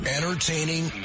Entertaining